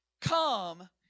come